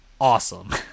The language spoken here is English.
awesome